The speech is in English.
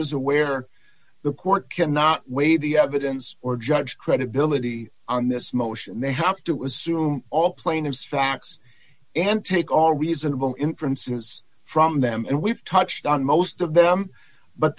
is aware the court cannot wait the evidence or judge credibility on this motion they have to assume all plaintiffs facts and take all reasonable inferences from them and we've touched on most of them but